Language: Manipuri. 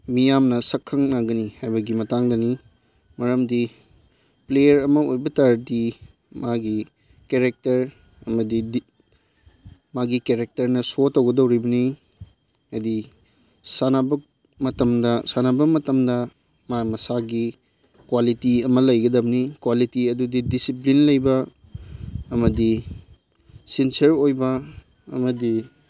ꯃꯤꯌꯥꯝꯅ ꯁꯛꯈꯪꯅꯒꯅꯤ ꯍꯥꯏꯕꯒꯤ ꯃꯇꯥꯡꯗꯅꯤ ꯃꯔꯝꯗꯤ ꯄ꯭ꯂꯦꯌꯥꯔ ꯑꯃ ꯑꯣꯏꯕ ꯇꯥꯔꯗꯤ ꯃꯥꯒꯤ ꯀꯦꯔꯦꯛꯇꯔ ꯑꯃꯗꯤ ꯃꯥꯒꯤ ꯀꯦꯔꯦꯛꯇꯔꯅ ꯁꯣ ꯇꯧꯒꯗꯧꯔꯤꯕꯅꯤ ꯍꯥꯏꯗꯤ ꯁꯥꯟꯅꯕ ꯃꯇꯝꯗ ꯁꯥꯟꯅꯕ ꯃꯇꯝꯗ ꯃꯥ ꯃꯁꯥꯒꯤ ꯛ꯭ꯋꯥꯂꯤꯇꯤ ꯑꯃ ꯂꯩꯒꯗꯕꯅꯤ ꯀ꯭ꯋꯥꯂꯤꯇꯤ ꯑꯗꯨꯗꯤ ꯗꯤꯁꯤꯄ꯭ꯂꯤꯟ ꯂꯩꯕ ꯑꯃꯗꯤ ꯁꯤꯟꯁꯤꯌꯔ ꯑꯣꯏꯕ ꯑꯃꯗꯤ